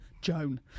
Joan